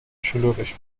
شلوغش